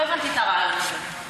לא הבנתי את הרעיון הזה.